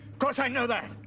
course i know that.